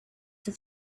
have